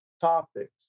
topics